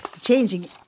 changing